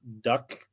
duck